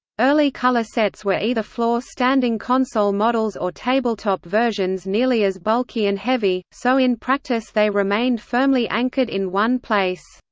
early color sets were either floor-standing console models or tabletop versions nearly as bulky and heavy so in practice they remained firmly anchored in one place.